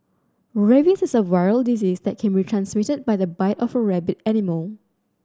rabies is a viral disease that can be transmitted by the bite of a rabid animal